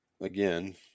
again